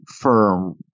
firm